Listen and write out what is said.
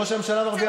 ראש הממשלה מרוויח